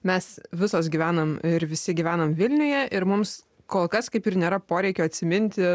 mes visos gyvenam ir visi gyvename vilniuje ir mums kol kas kaip ir nėra poreikio atsiminti